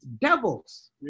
devils